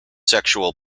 sexual